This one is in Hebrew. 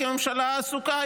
כי הממשלה עסוקה.